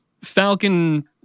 Falcon